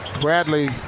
Bradley